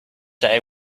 day